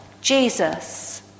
Jesus